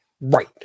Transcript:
Right